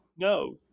No